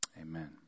amen